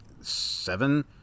seven